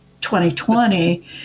2020